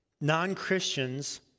non-Christians